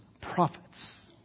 prophets